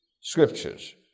scriptures